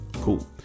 Cool